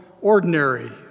ordinary